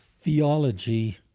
theology